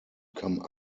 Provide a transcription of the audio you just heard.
come